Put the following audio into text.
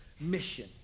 mission